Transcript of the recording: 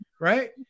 right